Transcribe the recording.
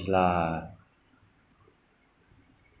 lah